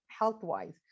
health-wise